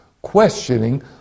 questioning